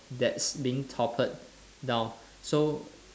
that's being toppled down so